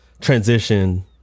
transition –